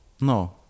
No